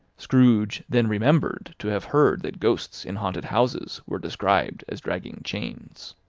scrooge then remembered to have heard that ghosts in haunted houses were described as dragging chains.